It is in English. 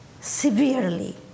severely